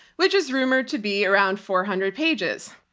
which is rumored to be around four hundred pages.